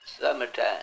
summertime